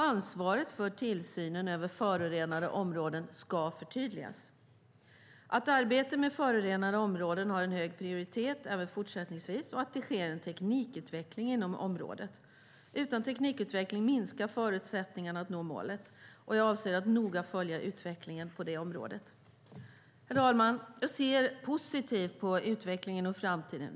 Ansvaret för tillsynen över förorenade områden ska förtydligas. Det är viktigt att arbetet med förorenade områden har en hög prioritet även fortsättningsvis och att det sker en teknikutveckling inom området. Utan teknikutveckling minskar förutsättningarna för att nå målet. Jag avser att noga följa utvecklingen på det området. Herr talman! Jag ser positivt på utvecklingen och framtiden.